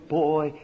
boy